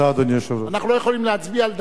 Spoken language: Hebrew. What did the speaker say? אנחנו לא יכולים להצביע על דעתך, כי,